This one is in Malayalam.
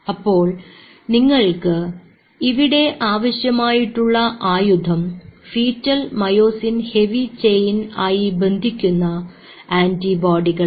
അപ്പോൾ നിങ്ങൾക്ക് ഇവിടെ ആവശ്യമായിട്ടുള്ള ആയുധം ഫീറ്റൽ മയോസിൻ ഹെവി ചെയിൻ ആയി ബന്ധിക്കുന്ന ആൻറിബോഡികളാണ്